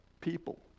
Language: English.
people